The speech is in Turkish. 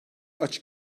açık